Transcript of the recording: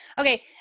okay